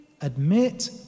admit